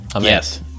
Yes